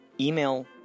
Email